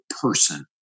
person